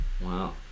Wow